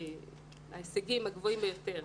בהישגים הגבוהים ביותר,